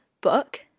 book